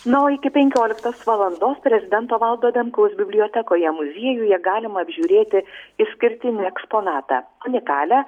na o iki penkioliktos valandos prezidento valdo adamkaus bibliotekoje muziejuje galima apžiūrėti išskirtinį eksponatą unikalią